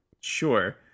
Sure